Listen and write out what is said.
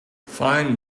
find